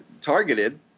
targeted